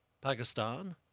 Pakistan